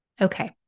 Okay